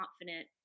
confident